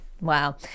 Wow